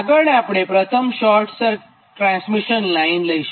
આગળ આપણે પ્રથમ શોર્ટ ટ્રાન્સમિશન લાઇન લઈશું